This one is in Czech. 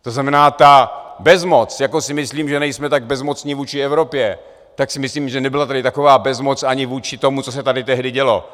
To znamená, ta bezmoc, jako si myslím, že nejsme tak bezmocní vůči Evropě, tak si myslím, že nebyla tady taková bezmoc ani vůči tomu, co se tady tehdy dělo.